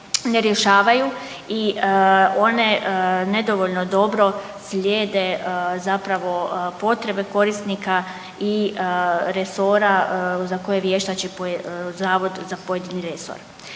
ne rješavaju i one nedovoljno dobro slijede zapravo potrebe korisnika i resora za koje vještači zavod za pojedini resor.